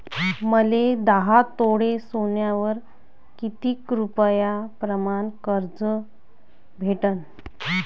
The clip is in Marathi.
मले दहा तोळे सोन्यावर कितीक रुपया प्रमाण कर्ज भेटन?